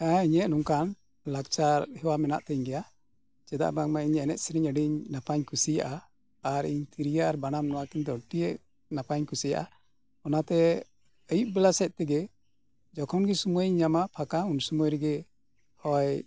ᱦᱮᱸ ᱤᱧᱟᱜ ᱱᱚᱝᱠᱟ ᱞᱟᱠᱪᱟᱨ ᱦᱮᱣᱟ ᱢᱮᱱᱟᱜ ᱛᱤᱧ ᱜᱮᱭᱟ ᱪᱮᱫᱟᱜ ᱵᱟᱝᱢᱟ ᱤᱧ ᱮᱱᱮᱡ ᱥᱮᱨᱮᱧ ᱟᱹᱰᱤ ᱱᱟᱯᱟᱭ ᱤᱧ ᱠᱩᱥᱤᱭᱟᱜᱼᱟ ᱟᱨ ᱛᱤᱨᱭᱳ ᱟᱨ ᱵᱟᱱᱟᱢ ᱱᱚᱣᱟ ᱠᱤᱱ ᱫᱚ ᱟᱹᱰᱤ ᱱᱟᱯᱟᱭ ᱤᱧ ᱠᱩᱥᱤᱭᱟᱜᱼᱟ ᱚᱱᱟ ᱛᱮ ᱟᱹᱭᱩᱵ ᱵᱮᱞᱟ ᱥᱮᱡ ᱛᱮᱜᱮ ᱡᱚᱠᱷᱚᱱ ᱜᱮ ᱥᱳᱢᱚᱭ ᱤᱧ ᱧᱟᱢᱟ ᱯᱷᱟᱠᱟ ᱩᱱ ᱥᱳᱢᱚᱭᱮ ᱨᱮᱜᱮ ᱦᱳᱭ